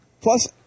Plus